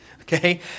okay